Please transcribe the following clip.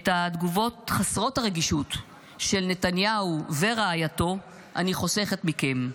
את התגובות חסרות הרגישות של נתניהו ורעייתו אני חוסכת מכם,